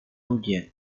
ujian